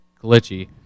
glitchy